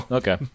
okay